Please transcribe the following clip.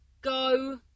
go